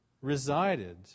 resided